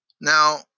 Now